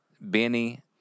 Benny